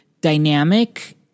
dynamic